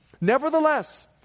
Nevertheless